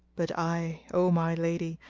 but i, o my lady,